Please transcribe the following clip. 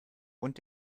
und